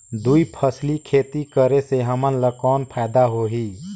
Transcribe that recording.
दुई फसली खेती करे से हमन ला कौन फायदा होही?